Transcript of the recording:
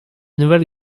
nouvelle